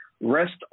rest